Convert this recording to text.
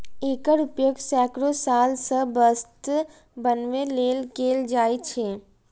एकर उपयोग सैकड़ो साल सं वस्त्र बनबै लेल कैल जाए छै